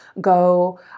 go